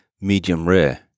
medium-rare